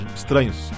estranhos